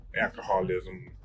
alcoholism